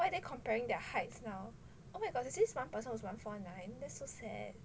why they comparing their heights now oh my god there's this one person that is one four nine that's so sad